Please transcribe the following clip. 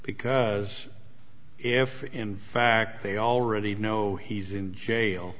because if in fact they already know he's in jail